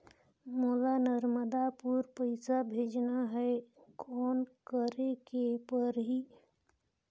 मोला नर्मदापुर पइसा भेजना हैं, कौन करेके परही?